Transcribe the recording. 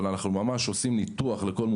אבל אנחנו ממש עושים ניתוח לכל מוצב.